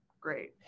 Great